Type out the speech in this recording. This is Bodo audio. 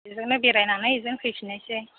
बिजोंनो बेरायनानै बेजोंनो फैफिननायसै